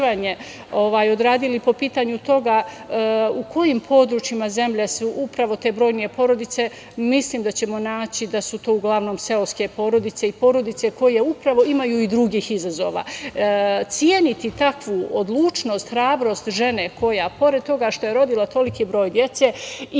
odradili po pitanju toga u kojim područjima zemlje su upravo te brojnije porodice. Mislim da ćemo naći da su to uglavnom seoske porodice i porodice koje upravo imaju i drugih izazova. Ceniti takvu odlučnost, hrabrost žene, koja pored toga što je rodila toliki broj dece, ima